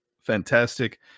Fantastic